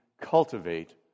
cultivate